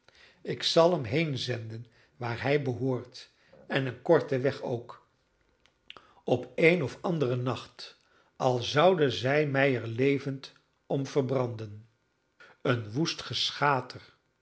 ik zal hem heenzenden waar hij behoort en een korten weg ook op een of anderen nacht al zouden zij mij er levend om verbranden een woest geschater